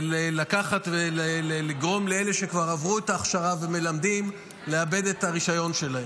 לקחת ולגרום לאלה שכבר עברו את ההכשרה ומלמדים לאבד את הרישיון שלהם.